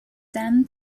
them